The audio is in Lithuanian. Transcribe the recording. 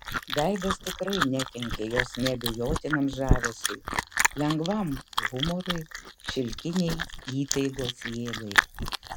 veidas tikrai nekenkė jos neabejotinam žavesiui lengvam humorui šilkinei įtaigos jėgai